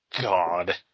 God